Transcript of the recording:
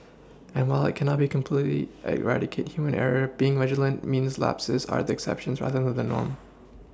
and while it cannot be completely eradicate human error being vigilant means lapses are the exceptions rather the than norm